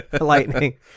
lightning